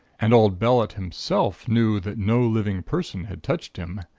and old bellett himself knew that no living person had touched him.